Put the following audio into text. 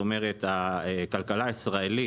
הכלכלה הישראלית,